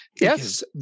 Yes